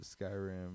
Skyrim